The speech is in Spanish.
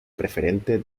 preferente